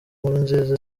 nkurunziza